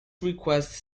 requests